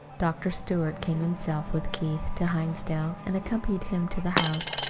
dr. stewart came himself with keith to hinsdale and accompanied him to the house.